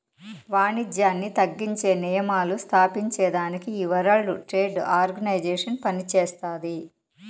వానిజ్యాన్ని తగ్గించే నియమాలు స్తాపించేదానికి ఈ వరల్డ్ ట్రేడ్ ఆర్గనైజేషన్ పనిచేస్తాది